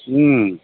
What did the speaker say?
ಹ್ಞೂ